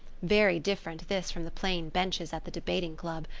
very different this from the plain benches at the debating club,